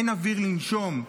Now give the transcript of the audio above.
ואין אוויר לנשום.